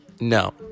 No